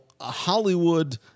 Hollywood